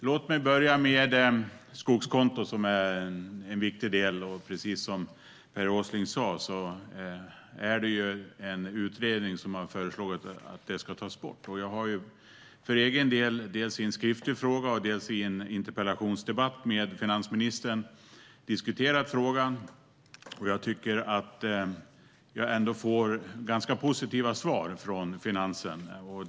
Låt mig börja med skogskontot, som är en viktig del. Precis som Per Åsling sa har en utredning föreslagit att det ska tas bort. Jag har diskuterat frågan, dels i en skriftlig fråga och dels i en interpellationsdebatt med finansministern, och jag tycker ändå att jag får ganska positiva svar från Finansdepartementet.